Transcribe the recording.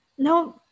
No